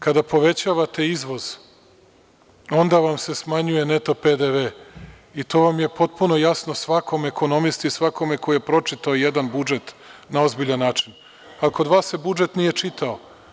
Kada povećavate izvoz onda vam se smanjuje neto PDV i to vam je potpuno jasno, svakom ekonomisti i svakome ko je pročitao jedan budžet na ozbiljan način, a kod vas se budžet nije čitao.